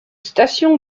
station